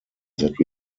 that